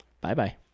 Bye-bye